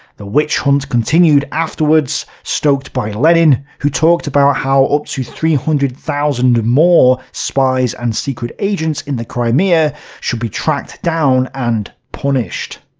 the witch hunt continued afterward, so stoked by lenin, who talked about how up to three hundred thousand more spies and secret agents in the crimea should be tracked down and punished.